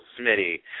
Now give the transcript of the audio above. Smitty